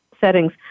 settings